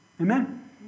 Amen